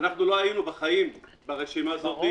אנחנו לא היינו מעולם ברשימה הזאת.